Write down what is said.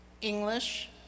English